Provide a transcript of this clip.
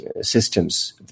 systems